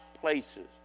places